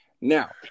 Now